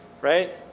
right